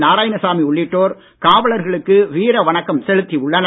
நாராயணசாமி உள்ளிட்டோர் காவலர்களுக்கு வீரவணக்கம் செலுத்தி உள்ளனர்